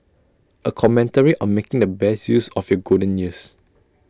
A commentary on making the best use of your golden years